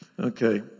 Okay